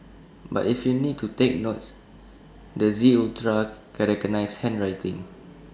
but if you need to take notes the Z ultra can recognise handwriting